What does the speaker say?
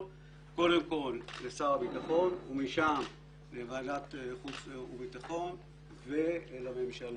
לשר הביטחון ומשם לוועדת חוץ וביטחון ולממשלה.